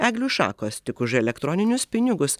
eglių šakos tik už elektroninius pinigus